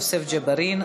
יוסף ג'בארין,